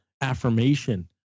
affirmation